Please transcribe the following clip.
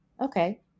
okay